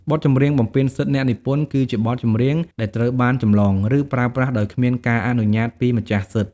បទចម្រៀងបំពានសិទ្ធិអ្នកនិពន្ធ គឺជាបទចម្រៀងដែលត្រូវបានចម្លង ឬប្រើប្រាស់ដោយគ្មានការអនុញ្ញាតពីម្ចាស់សិទ្ធិ។